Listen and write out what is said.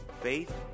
Faith